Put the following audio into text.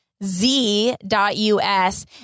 Z.us